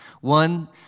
One